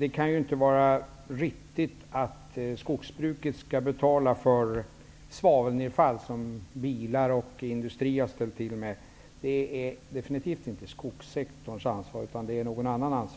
Det kan ju inte vara riktigt att skogsbruket skall betala för svavelnedfall som bilar och industrier har ställt till med. Det är definitivt inte skogssektorns ansvar, utan det är någon annan